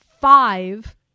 five